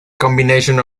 combination